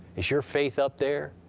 is your faith up there?